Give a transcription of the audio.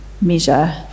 measure